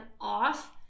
off